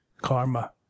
karma